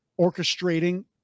orchestrating